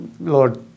Lord